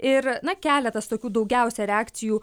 ir na keletas tokių daugiausia reakcijų